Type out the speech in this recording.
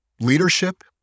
leadership